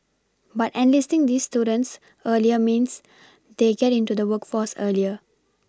but enlisting these students earlier means they get into the workforce earlier